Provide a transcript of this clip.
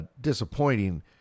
disappointing